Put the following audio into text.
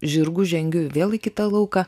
žirgu žengiu vėl į kitą lauką